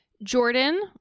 Jordan